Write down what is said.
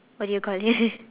what do you call this